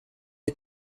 are